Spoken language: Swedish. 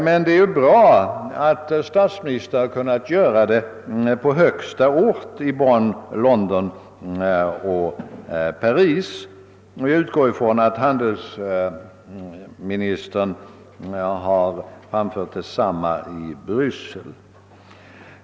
Men det är ju bra att statsministern har kunnat lämna denna redogörelse på högsta ort i Bonn, London och Paris. Jag utgår från att handelsministern har framfört samma skildring i Bryssel.